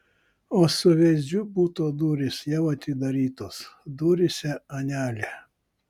o suveizdžių buto durys jau atidarytos duryse anelė